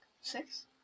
Six